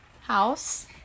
house